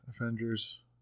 Avengers